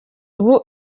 ubu